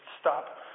stop